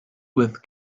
with